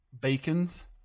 bacon's